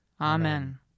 Amen